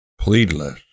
pleadless